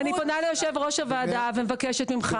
אני פונה ליושב ראש הוועדה ומבקשת ממך,